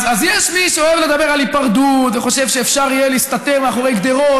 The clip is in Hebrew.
אז יש מי שאוהב לדבר על היפרדות וחושב שאפשר יהיה להסתתר מאחורי גדרות,